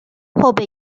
后被